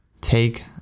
take